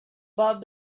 bob